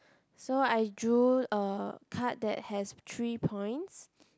so I drew a card that has three points